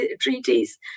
treaties